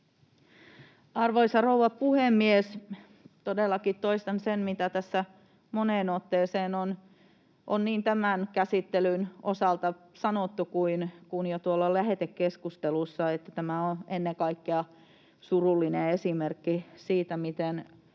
Arvoisa rouva puhemies! Todellakin toistan sen, mitä tästä moneen otteeseen on sanottu niin tämän käsittelyn osalta kuin jo tuolla lähetekeskustelussa: tämä on ennen kaikkea surullinen esimerkki siitä, miten